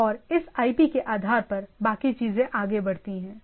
और इस आईपी के आधार पर बाकी चीजें आगे बढ़ती हैं